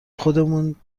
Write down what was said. خودمون